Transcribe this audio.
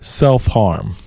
self-harm